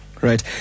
Right